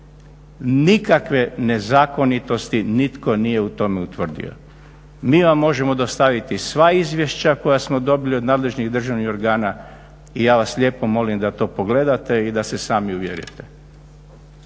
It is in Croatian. nikakve nezakonitosti nitko nije u tome utvrdio. Mi vam možemo dostaviti sva izvješća koja smo dobili od nadležnih državnih organa i ja vas lijepo molim da to pogledate i da se sami uvjerite.